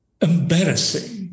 embarrassing